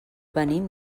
venim